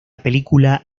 película